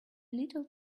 little